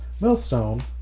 Millstone